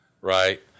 Right